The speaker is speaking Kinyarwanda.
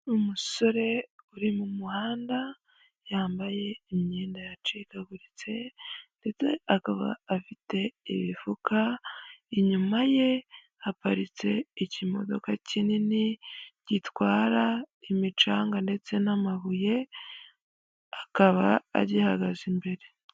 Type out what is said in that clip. Umusore uri mu muhanda yambaye imyenda yacikaguritse, ndetse akaba afite imifuka inyuma ye haparitse ikimodoka kinini gitwara imicanga ndetse n'amabuye akaba agihagaze imbere.